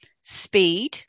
speed